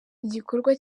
igikorwa